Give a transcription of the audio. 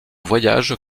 voyage